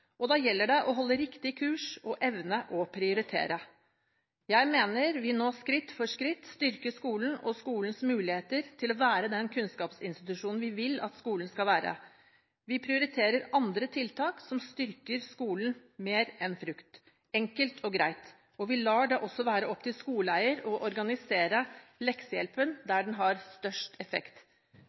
og da gjelder det å holde riktig kurs og evne å prioritere. Jeg mener vi nå skritt for skritt styrker skolen og skolens muligheter til å være den kunnskapsinstitusjonen vi vil at skolen skal være. Vi prioriterer andre tiltak som styrker skolen mer enn frukt – enkelt og greit. Vi lar det også være opp til skoleeier å organisere leksehjelpen der den har størst effekt.